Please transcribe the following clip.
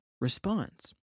response